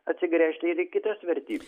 atsigręžti ir į kitas vertybes